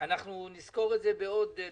מסכים אתך.